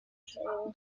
jail